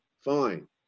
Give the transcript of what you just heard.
Fine